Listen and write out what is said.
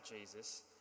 Jesus